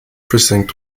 precinct